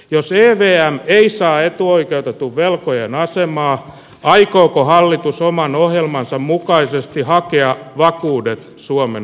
jos venäjä ei saa etuoikeutettu velkojan asema aikooko hallitus oman ohjelmansa mukaisesti hakijat vakuudet suomen